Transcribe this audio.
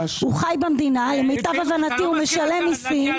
הוא חי במדינה ולמיטב הבנתי הוא משלם מיסים